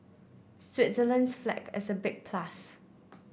Switzerland's flag is a big plus